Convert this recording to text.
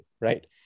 right